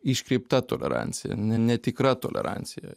iškreipta tolerancija ne netikra tolerancija